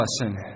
lesson